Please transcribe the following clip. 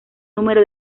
número